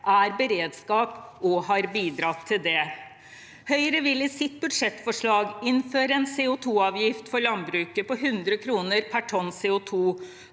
er beredskap, og har bidratt til det. Høyre vil i sitt budsjettforslag innføre en CO2-avgift for landbruket på 100 kr pr tonn CO2,